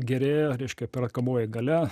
gerėja reiškia perkamoji galia